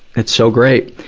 it's so great!